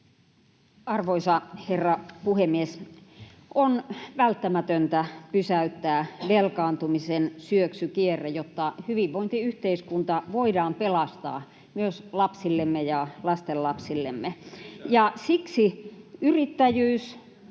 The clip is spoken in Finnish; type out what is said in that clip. Arvoisa herra puhemies! On välttämätöntä pysäyttää velkaantumisen syöksykierre, jotta hyvinvointiyhteiskunta voidaan pelastaa myös lapsillemme ja lastenlapsillemme. Siksi yrittäjyys,